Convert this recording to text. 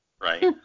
right